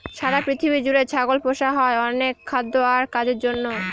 সারা পৃথিবী জুড়ে ছাগল পোষা হয় অনেক খাদ্য আর কাজের জন্য